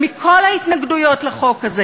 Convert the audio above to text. אדוני היושב-ראש,